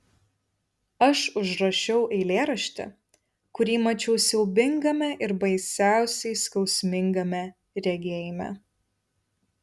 aš užrašiau eilėraštį kurį mačiau siaubingame ir baisiausiai skausmingame regėjime